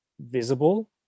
visible